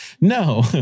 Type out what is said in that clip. No